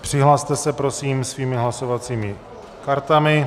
Přihlaste se prosím svými hlasovacími kartami.